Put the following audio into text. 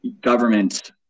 government